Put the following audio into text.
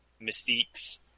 Mystiques